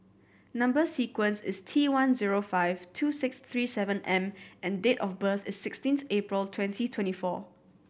number sequence is T one zero five two six three seven M and date of birth is sixteenth April twenty twenty four